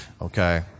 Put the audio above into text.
Okay